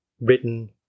written